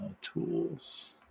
tools